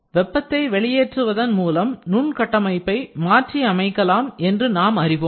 வெப்பத்தை வெளியேற்றுவதன் மூலம் நுண் கட்டமைப்பை மாற்றி அமைக்கலாம் என்று நாம் அறிவோம்